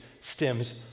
stems